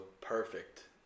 perfect